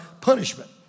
punishment